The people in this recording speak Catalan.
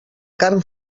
carn